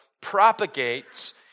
propagates